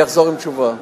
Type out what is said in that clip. אני אחזור עם תשובה.